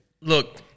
Look